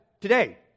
today